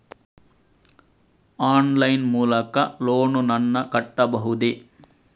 Online line ಮೂಲಕ loan ನನ್ನ ಕಟ್ಟಬಹುದೇ?